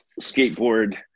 skateboard